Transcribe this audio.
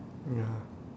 ya